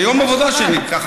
זה יום עבודה שנלקח,